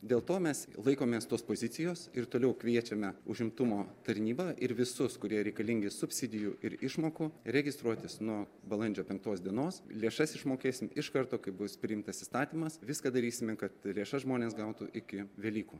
dėl to mes laikomės tos pozicijos ir toliau kviečiame užimtumo tarnybą ir visus kurie reikalingi subsidijų ir išmokų registruotis nuo balandžio penktos dienos lėšas išmokėsim iš karto kai bus priimtas įstatymas viską darysime kad lėšas žmonės gautų iki velykų